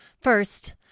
First